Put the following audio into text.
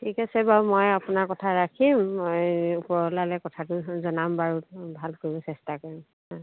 ঠিক আছে বাৰু মই আপোনাৰ কথা ৰাখিম মই ওপৰৱলালৈ কথাটো জনাম বাৰু ভাল কৰিব চেষ্টা কৰিম অঁ